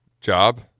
Job